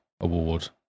Award